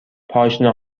پاشنه